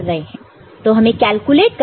तो हमें कैलकुलेट करना है F0y और F1y को